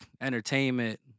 entertainment